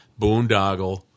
boondoggle